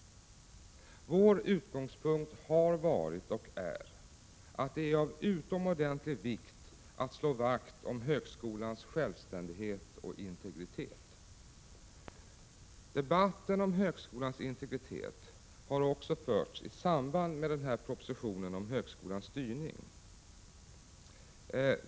Vår utgångspunkt har varit och är att det är av utomordentlig vikt att slå vakt om högskolans självständighet och integritet. Debatten om högskolans integritet har också förts i samband med propositionen om högskolans styrning.